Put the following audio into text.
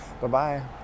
Bye-bye